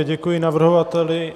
Děkuji navrhovateli.